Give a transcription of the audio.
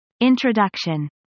Introduction